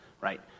right